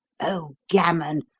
oh, gammon!